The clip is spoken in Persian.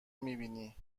میبینی